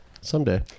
Someday